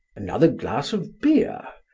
another glass of beer?